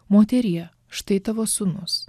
moterie štai tavo sūnus